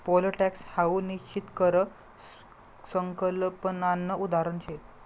pole tax हाऊ निश्चित कर संकल्पनानं उदाहरण शे